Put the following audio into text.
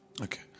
Okay